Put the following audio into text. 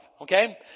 Okay